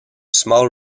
small